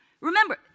Remember